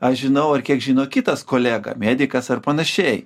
aš žinau ir kiek žino kitas kolega medikas ar panašiai